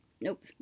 nope